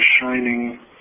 shining